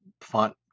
font